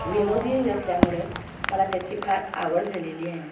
विनोदी असल्यामुळे मला त्याची फार आवड झालेली आहे